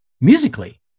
musically